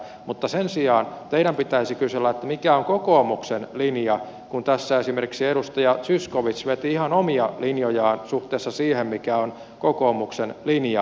mutta sen sijaan teidän pitäisi kysellä mikä on kokoomuksen linja kun tässä esimerkiksi edustaja zyskowicz veti ihan omia linjojaan suhteessa siihen mikä on kokoomuksen linja